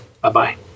Bye-bye